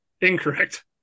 incorrect